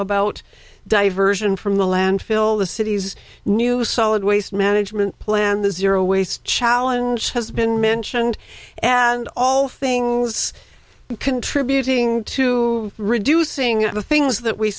about diversion from the landfill the city's new solid waste management plan the zero waste challenge has been mentioned and all things contributing to reducing the things that we